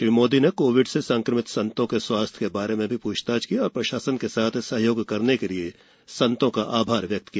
श्री मोदी ने कोविड से संक्रमित संतों के स्वास्थ्य के बारे में भी पृछताछ की और प्रशासन के साथ सहयोग करने के लिए संतों का आभार व्यक्त किया